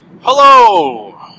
Hello